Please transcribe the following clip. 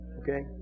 Okay